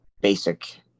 basic